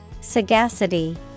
sagacity